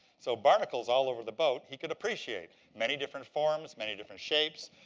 so barnacles, all over the boat, he could appreciate. many different forms. many different shapes.